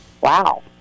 Wow